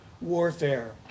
warfare